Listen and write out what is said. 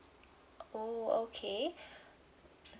oh okay